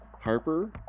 Harper